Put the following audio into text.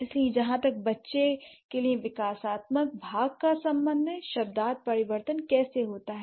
इसलिए जहाँ तक एक बच्चे के लिए विकासात्मक भाग का संबंध है शब्दार्थ परिवर्तन कैसे होता है